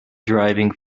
driving